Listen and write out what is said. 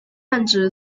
泛指